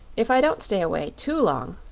if i don't stay away too long.